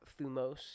thumos